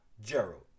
Gerald